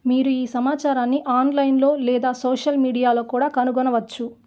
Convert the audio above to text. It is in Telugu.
మీరు ఈ సమాచారాన్ని ఆన్లైన్లో లేదా సోషల్ మీడియాలో కూడా కనుగొనవచ్చు